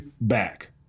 back